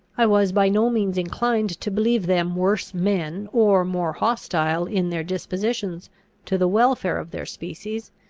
i was by no means inclined to believe them worse men, or more hostile in their dispositions to the welfare of their species,